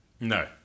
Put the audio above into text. No